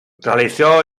realizó